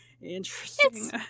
Interesting